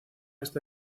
está